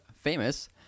famous